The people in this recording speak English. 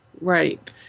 Right